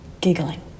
giggling